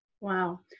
Wow